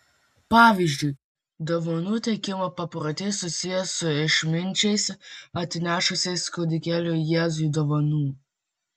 pavyzdžiui dovanų teikimo paprotys susijęs su išminčiais atnešusiais kūdikėliui jėzui dovanų